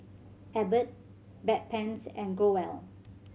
Abbott Bedpans and Growell